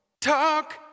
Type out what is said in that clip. Talk